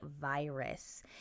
virus